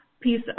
piece